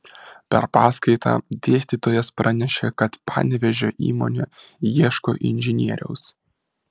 per paskaitą dėstytojas pranešė kad panevėžio įmonė ieško inžinieriaus